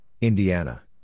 Indiana